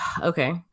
Okay